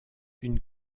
une